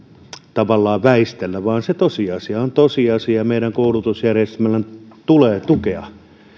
tavallaan väistellä vaan se tosiasia on tosiasia meidän koulutusjärjestelmämme tulee tukea